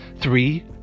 Three